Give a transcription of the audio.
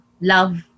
love